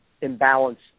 imbalance